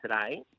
today